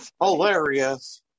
hilarious